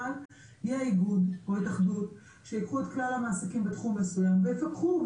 אבל יהיה איגוד או התאחדות שייקחו את כלל המעסיקים בתחום מסוים ויפקחו,